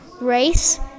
race